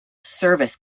service